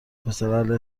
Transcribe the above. پسراهل